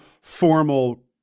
formal